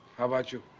how about you?